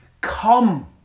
come